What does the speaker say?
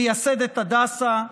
מייסדת הדסה,